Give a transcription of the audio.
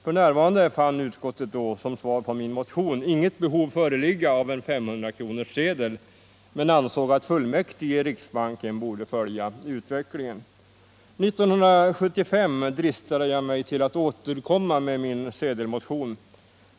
F. n. finner utskottet, hette det då som svar på min motion, inget behov föreligga av en 500-kronorssedel, men utskottet ansåg att fullmäktige i riksbanken borde följa utvecklingen. 1975 dristade jag mig till att återkomma med min sedelmotion.